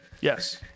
Yes